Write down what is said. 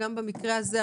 גם במקרה הזה,